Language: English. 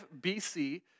BC